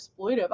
exploitive